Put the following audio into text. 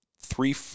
three